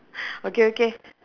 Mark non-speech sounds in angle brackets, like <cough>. <breath> okay okay